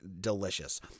delicious